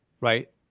right